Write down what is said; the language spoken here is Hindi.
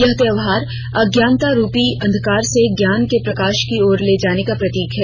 यह त्यौहार अज्ञानता रूपी अंधकार से ज्ञान के प्रकाश की ओर ले जाने का प्रतीक है